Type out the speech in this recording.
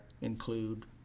include